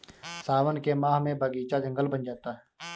सावन के माह में बगीचा जंगल बन जाता है